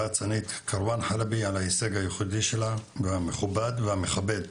וכמובן את כרואן חלבי על ההישג המכובד והמכבד שלה.